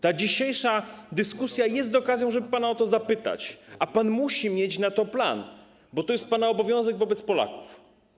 Ta dzisiejsza dyskusja jest okazją, żeby pana o to zapytać, a pan musi mieć na to plan, bo to jest pana obowiązek wobec Polaków.